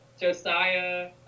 Josiah